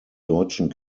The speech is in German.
deutschen